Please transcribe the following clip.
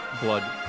blood